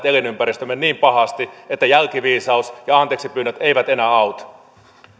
elinympäristömme niin pahasti että jälkiviisaus ja anteeksipyynnöt eivät enää auta